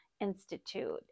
Institute